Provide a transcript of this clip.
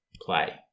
play